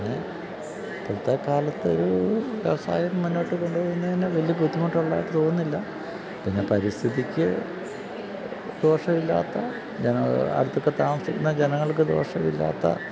പിന്നെ ഇപ്പോഴത്തെക്കാലത്തൊരു വ്യവസായം മുന്നോട്ട് കൊണ്ടുപോകുന്നതിന് വലിയ ബുദ്ധിമുട്ടുള്ളതായിട്ട് തോന്നുന്നില്ല പിന്നെ പരിസ്ഥിതിക്ക് ദോഷമില്ലാത്ത അടുത്തൊക്കെ താമസിക്കുന്ന ജനങ്ങൾക്ക് ദോഷമില്ലാത്ത